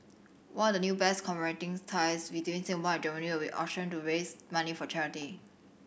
one of the new bears commemorating ties between Singapore and Germany will be auctioned to raise money for charity